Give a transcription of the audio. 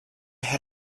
had